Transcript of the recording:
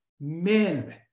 men